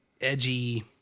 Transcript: edgy